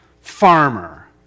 farmer